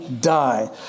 die